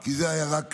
כי זו הייתה רק